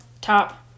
top